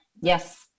yes